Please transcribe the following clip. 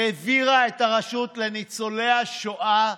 העבירה את הרשות לניצולי השואה,